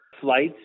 flights